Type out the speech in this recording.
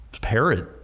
parrot